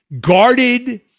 guarded